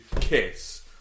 kiss